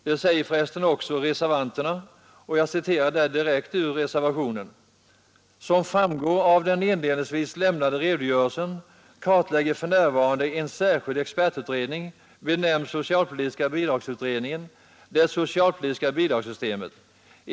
Detta säger för resten också reservanterna: ”Som framgår av den inledningsvis lämnade redogörelsen kartlägger för närvarande en särskild expertutredning, benämnd socialpolitiska bidragsutredningen, det socialpolitiska bidragssystemet.